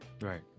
Right